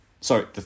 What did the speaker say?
Sorry